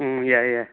ꯎꯝ ꯌꯥꯏ ꯌꯥꯏ